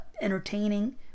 Entertaining